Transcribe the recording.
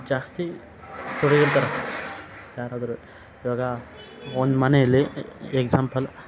ಜಾಸ್ತಿ ತೊಡಗಿರ್ತಾರೆ ಯಾರಾದರೂ ಇವಾಗ ಒಂದು ಮನೇಲಿ ಎಕ್ಸಾಂಪಲ್